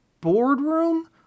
boardroom